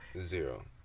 Zero